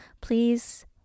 please